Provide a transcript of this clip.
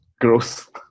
gross